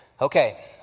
Okay